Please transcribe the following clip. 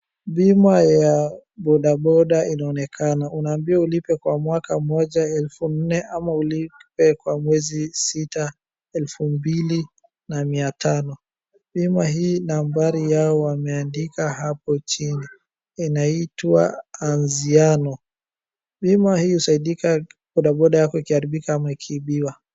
Bima ya bodaboda inaonekana, unaambiwa ulipe kwa mwaka mmoja elfu nne ama ulipe kwa miezi sita elfu mbili na mia tano. Bima hii nambari yao wameandika hapo chini. Inaitwa Anziano. Bima hii husaidia bodaboda yako ikiharibika ama ikiibiwa.